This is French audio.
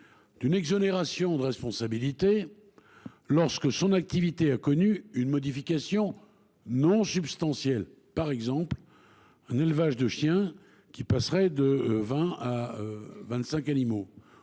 d’une exonération de responsabilité lorsque son activité a connu une modification non substantielle. Prenons l’exemple d’un élevage de chiens qui passerait de vingt à vingt